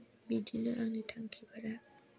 बिदिनो आंनि थांखिफोरा